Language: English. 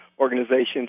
organizations